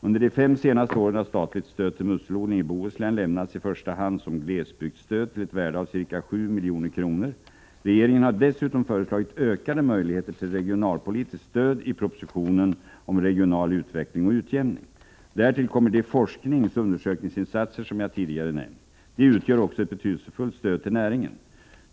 Under de fem senaste åren har statligt stöd till musselodling i Bohuslän lämnats i första hand som glesbygdsstöd till ett värde av ca 7 milj.kr. Regeringen har dessutom föreslagit ökade möjligheter till regionalpolitiskt stöd i proposition 1984/85:115 om regional utveckling och utjämning. Därtill kommer de forskningsoch undersökningsinsatser som jag tidigare nämnt. De utgör också ett betydelsefullt stöd till näringen.